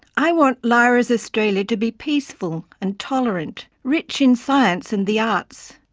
i want lyra's australia to be peaceful and tolerant, rich in science and the arts,